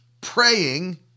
praying